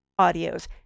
audios